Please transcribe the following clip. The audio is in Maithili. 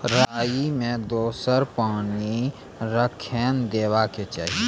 राई मे दोसर पानी कखेन देबा के चाहि?